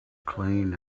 clean